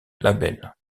label